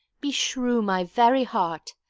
beshrew my very heart,